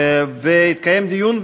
יתקיים דיון,